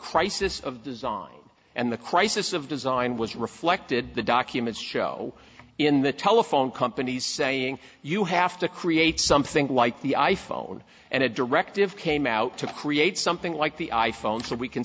crisis of design and the crisis of design was reflected the documents show in the telephone companies saying you have to create something like the i phone and a directive came out to create something like the i phone so we can